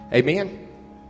Amen